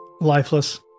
lifeless